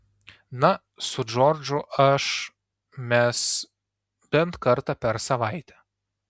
na su džordžu aš mes bent kartą per savaitę